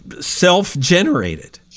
self-generated